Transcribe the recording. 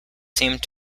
seemed